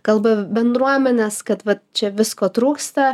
kalba bendruomenės kad vat čia visko trūksta